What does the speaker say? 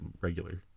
regular